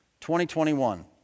2021